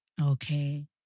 Okay